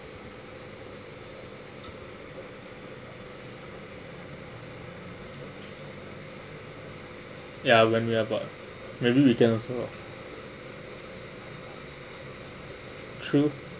ya when we about maybe we can also true